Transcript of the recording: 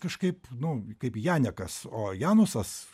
kažkaip nu kaip janekas o janusas